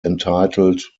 entitled